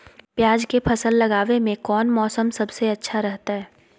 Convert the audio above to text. प्याज के फसल लगावे में कौन मौसम सबसे अच्छा रहतय?